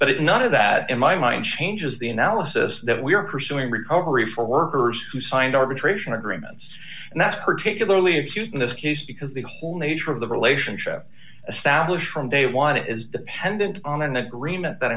but none of that in my mind changes the analysis that we are pursuing recovery for workers who signed arbitration agreements and that's particularly acute in this case because the whole nature of the relationship from day one is dependent on an agreement that